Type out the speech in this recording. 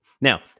Now